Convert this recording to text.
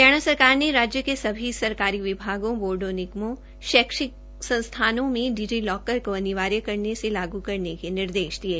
हरियाणा सरकार ने राज्य के सभी सरकारी विभागों बोर्डो निगमों शैक्षणिक संस्थानों में डिजी लॉकर को अनिवार्य रूप से लागू करने के निर्देश दिये